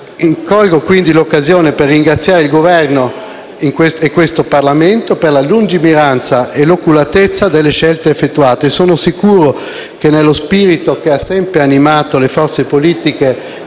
Colgo, quindi, l'occasione per ringraziare il Governo e questo Parlamento per la lungimiranza e l'oculatezza delle scelte effettuate. Sono sicuro che, nello spirito che ha sempre animato le forze politiche